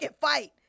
fight